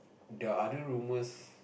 the other rumors